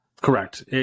Correct